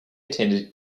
attended